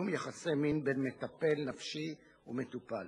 כלפי המטופלים